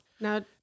Now